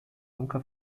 nunca